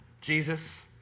Jesus